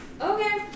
Okay